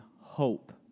hope